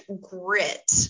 grit